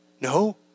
No